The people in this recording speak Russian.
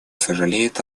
сожалеет